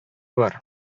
бар